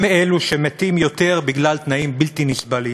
הם אלה שמתים יותר בגלל תנאים בלתי נסבלים.